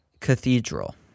Cathedral